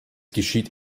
geschieht